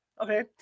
okay